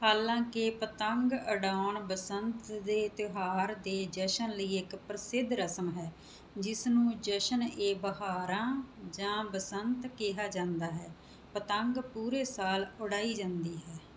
ਹਾਲਾਂਕਿ ਪਤੰਗ ਉਡਾਉਣ ਬਸੰਤ ਦੇ ਤਿਉਹਾਰ ਦੇ ਜਸ਼ਨ ਲਈ ਇੱਕ ਪ੍ਰਸਿੱਧ ਰਸਮ ਹੈ ਜਿਸਨੂੰ ਜਸ਼ਨ ਏ ਬਹਾਰਾਂ ਜਾਂ ਬਸੰਤ ਕਿਹਾ ਜਾਂਦਾ ਹੈ ਪਤੰਗ ਪੂਰੇ ਸਾਲ ਉਡਾਈ ਜਾਂਦੀ ਹੈ